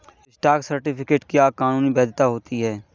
stock certificate की कानूनी वैधता होती है